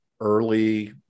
early